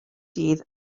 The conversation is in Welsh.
dydd